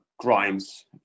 crimes